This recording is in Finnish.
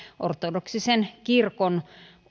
ortodoksisen kirkon